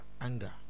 anger